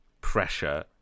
Pressure